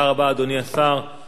המציעים שנמצאים פה,